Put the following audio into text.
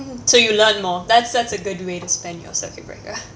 so you learn more that's that's a good way to spend your circuit breaker